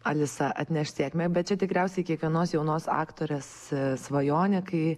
alisa atneš sėkmę bet čia tikriausiai kiekvienos jaunos aktorės svajonė kai